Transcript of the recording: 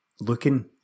looking